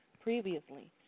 previously